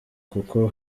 kuko